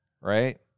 right